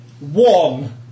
One